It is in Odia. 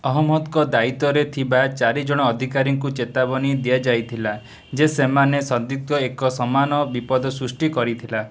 ଅହମ୍ମଦ୍ଙ୍କ ଦାୟିତ୍ୱରେ ଥିବା ଚାରିଜଣ ଅଧିକାରୀଙ୍କୁ ଚେତାବନୀ ଦିଆଯାଇଥିଲା ଯେ ସେମାନଙ୍କ ସନ୍ଦିଗ୍ଧ ଏକ ସମାନ ବିପଦ ସୃଷ୍ଟି କରିଥିଲା